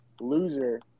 loser